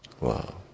Wow